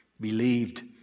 believed